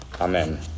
Amen